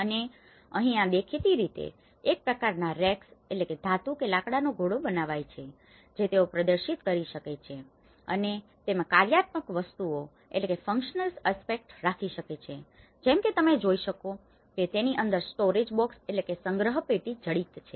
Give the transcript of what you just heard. અને અહીં આ દેખીતી રીતે એક પ્રકારનાં રેક્સracksધાતુ કે લાકડાનો ઘોડો બનાવાય છે જે તેઓ પ્રદર્શિત કરી શકે છે અને તેમાં કાર્યાત્મક વસ્તુઓ રાખી શકે છે જેમ કે તમે જોઈ શકો છો કે તેની અંદર સ્ટોરેજ બોક્સstorage boxesસંગ્રહ પેટી જડિત છે